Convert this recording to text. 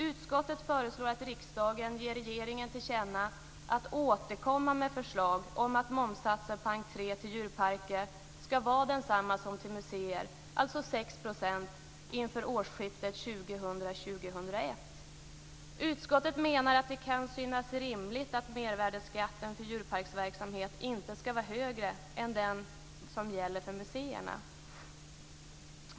Utskottet föreslår att riksdagen gör ett tillkännagivande till regeringen om att återkomma med förslag om att momssatsen på entréavgifter ska vara densamma som avseende museer, alltså 6 %, inför årsskiftet 2000/01. Utskottet menar att det kan synas rimligt att mervärdesskatten när det gäller djurparksverksamhet inte ska vara högre än den som gäller för museerna.